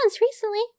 recently